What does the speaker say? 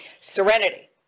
Serenity